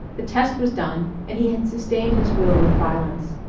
the test was done and he had sustained his will with violence.